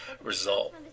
result